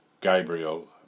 Gabriel